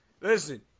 listen